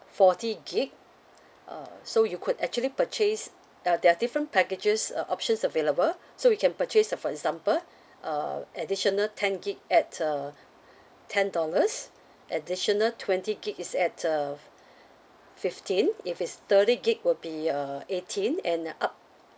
forty gigabyte uh so you could actually purchase uh there're different packages uh options available so we can purchase uh for example uh additional ten gigabyte at uh ten dollars additional twenty gigabyte is at uh fifteen if it's thirty gigabyte will be uh eighteen and up